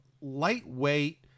lightweight